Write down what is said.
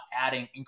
adding